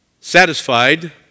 satisfied